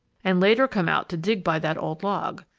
and later come out to dig by that old log.